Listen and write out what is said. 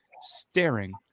staring